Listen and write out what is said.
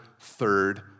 third